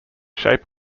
shape